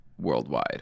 worldwide